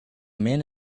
man